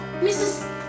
Mrs